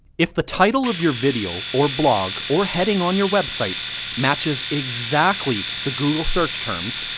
if the title of your video or blog or heading on your website matches exactly the google search terms,